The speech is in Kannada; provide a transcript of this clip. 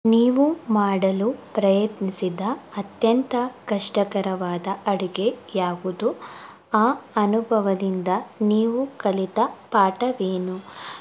ನೀವು ಮಾಡಲು ಪ್ರಯತ್ನಿಸಿದ ಅತ್ಯಂತ ಕಷ್ಟಕರವಾದ ಅಡುಗೆ ಯಾವುದು ಆ ಅನುಭವದಿಂದ ನೀವು ಕಲಿತ ಪಾಠವೇನು